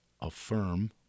affirm